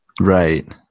Right